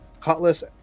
Cutlass